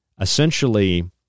essentially